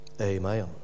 Amen